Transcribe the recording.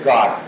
God